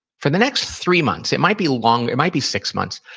for the next three months. it might be longer it might be six months.